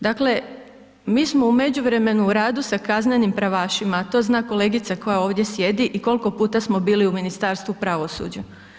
Dakle, mi smo u međuvremenu u radu sa kaznenim pravašima, a to zna kolegica koja ovdje sjedi i koliko puta samo bili u Ministarstvu pravosuđa.